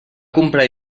comprar